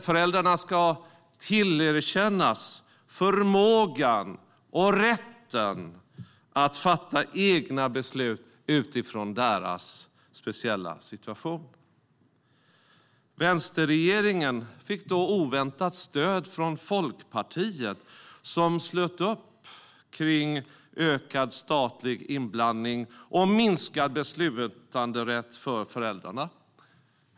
Föräldrarna ska tillerkännas förmågan och rätten att fatta egna beslut utifrån sin speciella situation. Vänsterregeringen fick oväntat stöd från Folkpartiet som slöt upp kring ökad statlig inblandning och minskad beslutanderätt för föräldrarna.